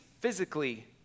physically